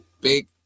big